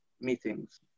meetings